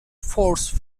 force